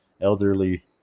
elderly